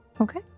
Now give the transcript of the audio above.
Okay